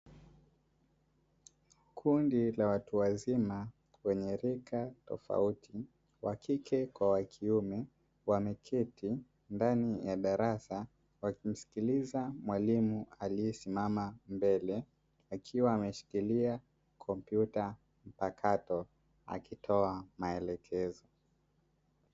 Kundi la watu wazima wenye rika tofauti (wa kike kwa wa kiume) wameketi ndani ya darasa, wakimsikiliza mwalimu aliyesimama mbele akiwa ameshikilia kompyuta mpakato akitoa maelekezo.